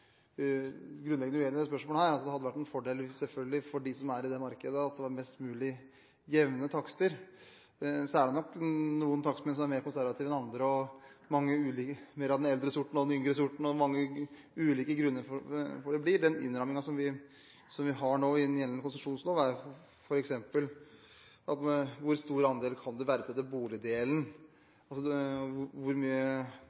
grunnleggende uenige i dette spørsmålet. Det hadde selvfølgelig vært en fordel for dem som er i dette markedet, at det var mest mulig jevne takster. Så er det nok noen takstmenn som er mer konservative enn andre – av den eldre sorten og den yngre sorten – og mange ulike grunner for at det blir som det blir. Den innrammingen som vi har nå innen gjeldende konsesjonslov, er f.eks. hvor stor andel du kan verdsette